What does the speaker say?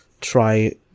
try